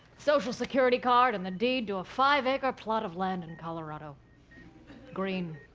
social security card, and the deed to a five acre plot of land in colorado green.